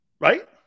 Right